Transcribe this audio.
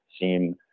seem